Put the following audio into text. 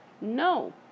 No